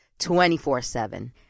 24-7